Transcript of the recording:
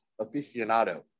aficionado